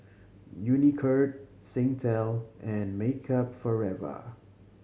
Unicurd Singtel and Makeup Forever